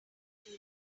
two